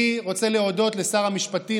אני רוצה להודות לשר המשפטים,